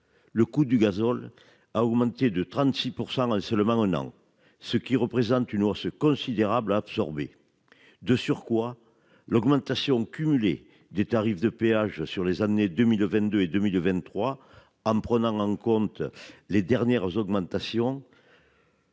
Le coût du gazole a augmenté de 36% seulement un an, ce qui représente une hausse considérable absorber. De surcroît, l'augmentation cumulée des tarifs de péage sur les années 2022 et 2023 en prenant en compte les dernières augmentations.